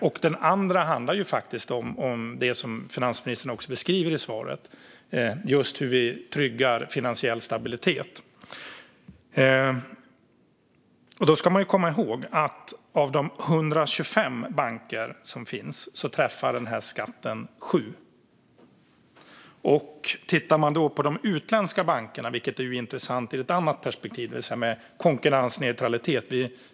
Den andra utgångspunkten handlar faktiskt om det som finansministern beskriver i svaret: hur vi tryggar finansiell stabilitet. Man ska komma ihåg att denna skatt träffar 7 av de 125 banker som finns. Man kan då titta på de utländska bankerna, vilket är intressant ur ett annat perspektiv, det vill säga när det gäller konkurrensneutralitet.